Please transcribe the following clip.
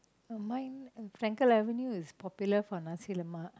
mine in Frankel Avenue is famous for nasi-lemak